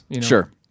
sure